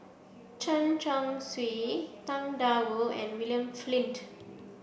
Chen Chong Swee Tang Da Wu and William Flint